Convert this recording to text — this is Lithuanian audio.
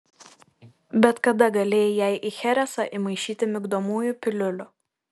bet kada galėjai jai į cheresą įmaišyti migdomųjų piliulių